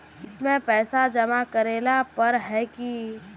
इसमें पैसा जमा करेला पर है की?